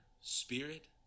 Spirit